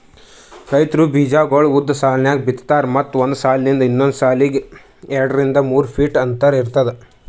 ರೈತ್ರು ಬೀಜಾಗೋಳ್ ಉದ್ದ್ ಸಾಲ್ದಾಗ್ ಬಿತ್ತಾರ್ ಮತ್ತ್ ಒಂದ್ ಸಾಲಿಂದ್ ಇನ್ನೊಂದ್ ಸಾಲಿಗ್ ಎರಡರಿಂದ್ ಮೂರ್ ಫೀಟ್ ಅಂತರ್ ಇರ್ತದ